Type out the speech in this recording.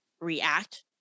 react